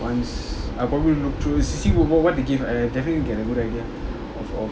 on s~ I'll probably look through see what what they give I definitely can have a good idea of